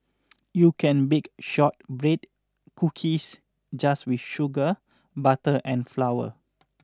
you can bake shortbread cookies just with sugar butter and flour